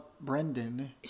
Brendan